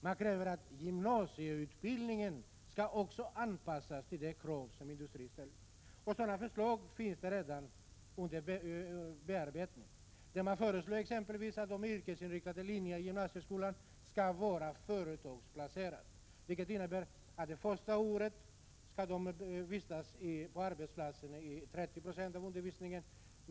Man begär även att gymnasieutbildningen skall anpassas till de krav som industrin ställer. Sådana förslag finns redan under bearbetning. Man föreslår exempelvis att de yrkesinriktade linjerna i gymnasieskolan skall vara 65 företagsplacerade. Det innebär att eleverna första året skall vistas på arbetsplatsen 30 96 av undervisningstiden.